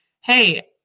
hey